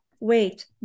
wait